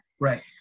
Right